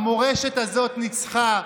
המורשת הזאת ניצחה.